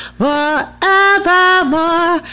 forevermore